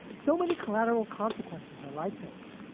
so many collateral consequences are like this.